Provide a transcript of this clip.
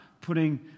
putting